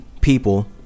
people